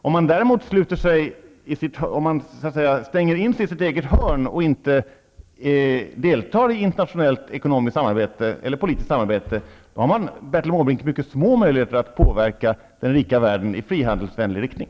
Om man däremot stänger in sig i sitt eget hörn och inte deltar i internationellt ekonomiskt eller politiskt samarbete, har man, Bertil Måbrink, mycket små möjligheter att påverka den rika världen i frihandelsvänlig riktning.